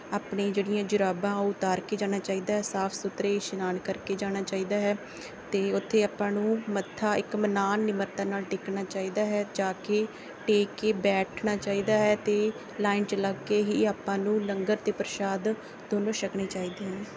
ਆਪਣੀ ਜਿਹੜੀਆਂ ਜੁਰਾਬਾਂ ਉਹ ਉਤਾਰ ਕੇ ਜਾਣਾ ਚਾਹੀਦਾ ਸਾਫ ਸੁਥਰੇ ਇਸ਼ਨਾਨ ਕਰਕੇ ਜਾਣਾ ਚਾਹੀਦਾ ਹੈ ਅਤੇ ਉੱਥੇ ਆਪਾਂ ਨੂੰ ਮੱਥਾ ਇੱਕਮਨਾਣ ਨਿਮਰਤਾ ਨਾਲ ਟੇਕਣਾ ਚਾਹੀਦਾ ਹੈ ਜਾ ਕੇ ਟੇਕ ਕੇ ਬੈਠਣਾ ਚਾਹੀਦਾ ਹੈ ਤੇ ਲਾਈਨ 'ਚ ਲੱਗ ਕੇ ਹੀ ਆਪਾਂ ਨੂੰ ਲੰਗਰ ਅਤੇ ਪ੍ਰਸ਼ਾਦ ਦੋਨੋਂ ਛਕਣੇ ਚਾਹੀਦੇ ਹਨ